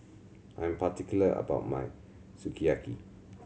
I am particular about my Sukiyaki